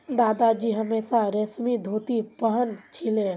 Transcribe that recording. दादाजी हमेशा रेशमी धोती पह न छिले